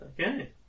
Okay